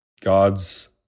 God's